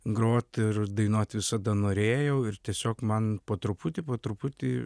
groti ir dainuoti visada norėjau ir tiesiog man po truputį po truputį